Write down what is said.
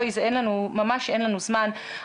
ממש אין לנו זמן,